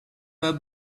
pas